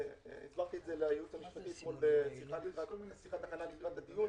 והסברתי את זה לייעוץ המשפטי אתמול בשיחת הכנה לקראת הדיון